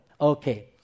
Okay